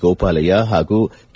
ಗೋಪಾಲಯ್ಯ ಹಾಗೂ ಕೆ